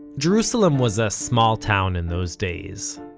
jerusalem was a small town in those days.